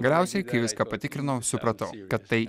galiausiai kai viską patikrinau supratau kad tai yra rimta